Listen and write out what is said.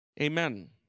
Amen